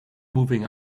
moving